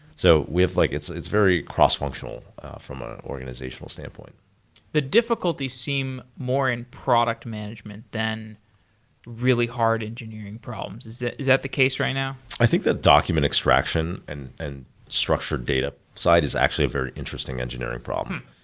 so like it's it's very cross-functional from an organizational standpoint the difficulty seem more in product management than really hard engineering problems. is that is that the case right now? i think that document extraction and and structured data side is actually a very interesting engineering problem.